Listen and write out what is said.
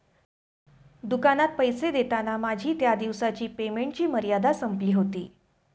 दुकानात पैसे देताना माझी त्या दिवसाची पेमेंटची मर्यादा संपली होती